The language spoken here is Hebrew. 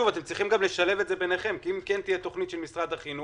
אתם צריכים לשלב את זה ביניכם כי אם תהיה תכנית של משרד החינוך,